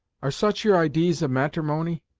are such your idees of matrimony,